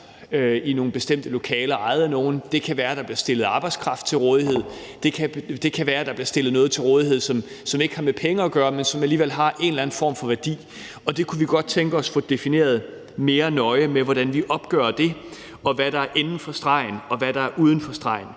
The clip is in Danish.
i nogle bestemte lokaler ejet af nogle; det kan være, der bliver stillet arbejdskraft til rådighed; det kan være, der bliver stillet noget til rådighed, som ikke har med penge at gøre, men som alligevel har en eller anden form for værdi. Og det kunne vi godt tænke os at få defineret mere nøje hvordan vi opgør, og hvad der er inden for stregen, og hvad der er uden for stregen.